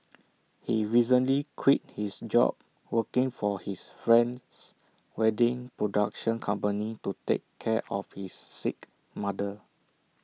he recently quit his job working for his friend's wedding production company to take care of his sick mother